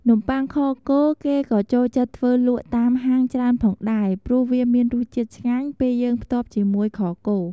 នំប័ុងខគោគេក៏ចូលចិត្តធ្វើលក់តាមហាងច្រើនផងដែរ ព្រោះវាមានរសជាតិឆ្ងាញ់ពេលយើងផ្ទាប់ជាមួយខគោ។